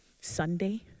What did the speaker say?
Sunday